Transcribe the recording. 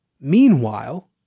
Meanwhile